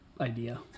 idea